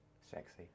Sexy